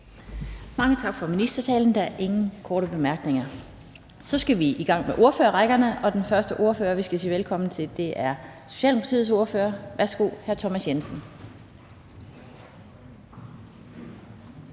Mange tak for ministertalen. Der er ingen korte bemærkninger. Så skal vi i gang med ordførerrækken, og den første ordfører, vi skal sige velkommen til, er Socialdemokratiets ordfører. Værsgo, hr. Thomas Jensen.